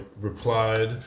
replied